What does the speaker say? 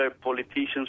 politicians